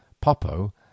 Popo